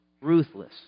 ruthless